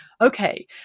okay